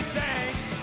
thanks